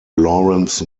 lawrence